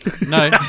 No